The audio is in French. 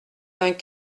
vingt